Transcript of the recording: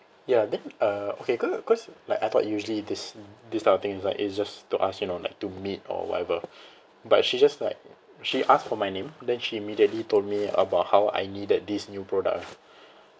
ya then uh okay cause cause like I thought usually this this type of thing is like it's just to ask you know like to meet or whatever but she just like she asked for my name then she immediately told me about how I needed this new product